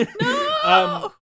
No